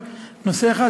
רק נושא אחד,